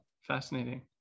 Fascinating